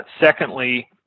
Secondly